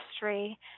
history